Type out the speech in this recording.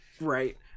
Right